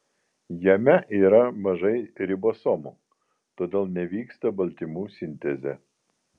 jame yra mažai ribosomų todėl nevyksta baltymų sintezė